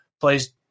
plays